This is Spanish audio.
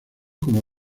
como